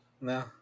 No